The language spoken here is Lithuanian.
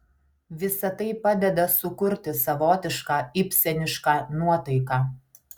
visa tai padeda sukurti savotišką ibsenišką nuotaiką